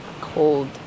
cold